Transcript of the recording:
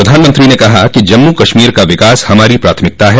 प्रधानमंत्री ने कहा कि जम्मू कश्मीर का विकास हमारी प्राथमिकता है